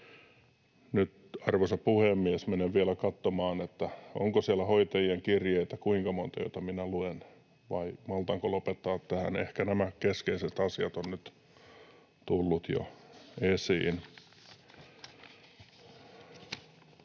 arvoisa puhemies, menen vielä katsomaan, onko siellä hoitajien kirjeitä kuinka monta, joita minä luen, vai maltanko lopettaa tähän. Ehkä nämä keskeiset asiat ovat nyt jo tulleet esiin.